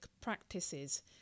practices